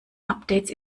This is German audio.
updates